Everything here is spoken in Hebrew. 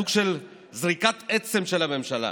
סוג של זריקת עצם של הממשלה.